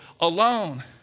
alone